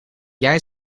jij